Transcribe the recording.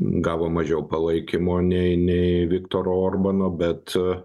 gavo mažiau palaikymo nei nei viktoro orbano bet